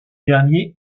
dernier